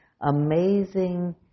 amazing